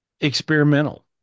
experimental